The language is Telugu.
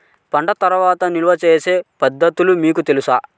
పంట తర్వాత నిల్వ చేసే పద్ధతులు మీకు తెలుసా?